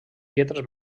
lletres